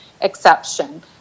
exception